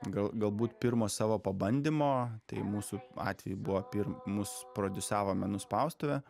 gal galbūt pirmos savo pabandymo tai mūsų atveju buvo pir mus prodiusavo menų spaustuvė